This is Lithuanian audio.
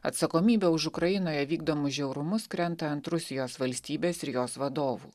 atsakomybė už ukrainoje vykdomus žiaurumus krenta ant rusijos valstybės ir jos vadovų